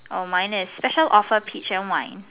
err minus special offer peach and wine